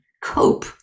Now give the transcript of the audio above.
cope